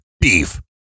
beef